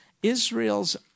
Israel's